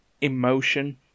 emotion